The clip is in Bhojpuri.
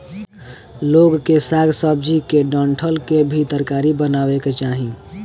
लोग के साग सब्जी के डंठल के भी तरकारी बनावे के चाही